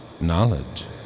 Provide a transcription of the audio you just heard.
Knowledge